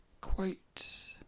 quotes